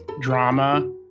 drama